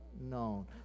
known